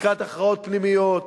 לקראת הכרעות פנימיות.